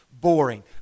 boring